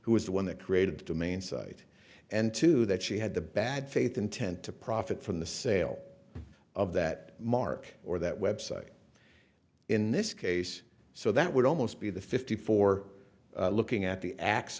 who was the one that created the main site and to that she had the bad faith intent to profit from the sale of that mark or that website in this case so that would almost be the fifty four looking at the